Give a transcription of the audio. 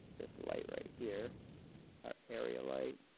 this light right here our area light.